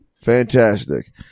Fantastic